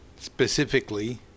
specifically